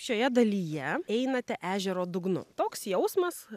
šioje dalyje einate ežero dugnu toks jausmas